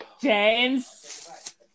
James